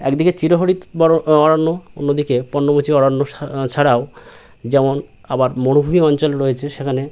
একদিকে চিরহরিৎ বড় অরণ্য অন্য দিকে পর্ণমোচী অরণ্য ছাড়াও যেমন আবার মরুভূমি অঞ্চল রয়েছে সেখানে